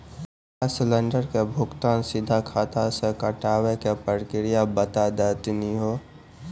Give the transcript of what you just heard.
Gas cylinder के भुगतान सीधा खाता से कटावे के प्रक्रिया बता दा तनी हो?